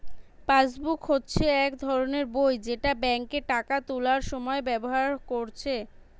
passbook হচ্ছে এক ধরণের বই যেটা বেঙ্কে টাকা তুলার সময় ব্যাভার কোরছে